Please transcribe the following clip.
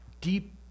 deep